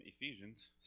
Ephesians